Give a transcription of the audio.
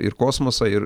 ir kosmosą ir